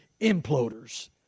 imploders